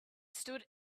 stood